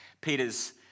Peter's